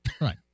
Right